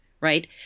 right